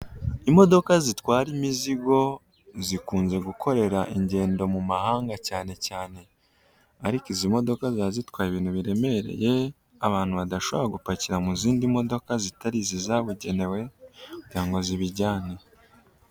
Imodoka zitwara imizigo zikunze gukorera ingendo mu mahanga cyane cyane, ariko izi modoka ziba zitwaye ibintu biremereye abantu badashobora gupakira mu zindi modoka zitari izi zabugenewe kugira ngo zibijyane.